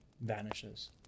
vanishes